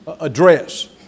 address